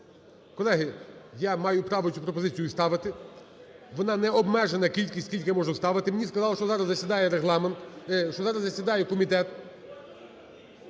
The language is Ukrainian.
Колеги, я маю право цю пропозицію ставити, вона не обмежена, кількість скільки я можу ставити. Мені сказали, що зараз засідає комітет.